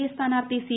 A സ്ഥാനാർഥി C